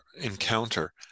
encounter –